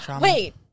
Wait